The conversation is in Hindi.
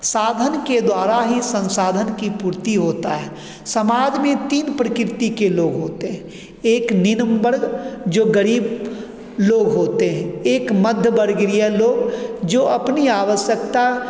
साधन के द्वारा ही सन्साधन की पूर्ति होती है समाज में तीन प्रकृति के लोग होते हैं एक निम्न वर्ग जो गरीब लोग होते हैं एक मध्य वर्गीय लोग जो अपनी आवश्यकता